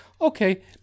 okay